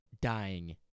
dying